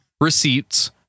receipts